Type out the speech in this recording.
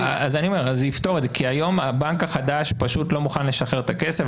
כי היום הבנק החדש לא מוכן לשחרר את הכסף,